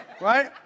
right